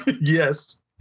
Yes